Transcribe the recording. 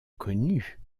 connu